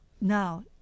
now